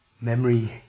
Memory